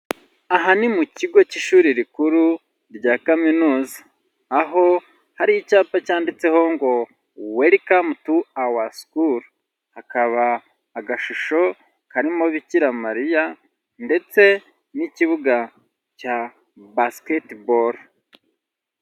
Aha ni mu kigo cy'ishuri rikuru rya kaminuza, aho hari icyapa cyanditseho ngo: "Welcome to our school", hakaba agashusho karimo Bikiramariya ndetse n'ikibuga cya Basketball.